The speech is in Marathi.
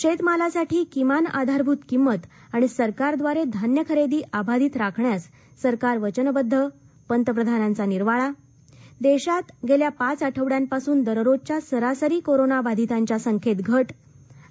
शेतमालासाठी किमान आधारभूत किंमत आणि सरकारद्वारे धान्य खरेदी अवाधित राखण्यास सरकार वचनबद्ध पंतप्रधानांचा निर्वाळा देशात गेल्या पाच आठवड्यांपासून दररोजच्या सरासरी कोरोना बाधितांच्या संख्येत घट आणि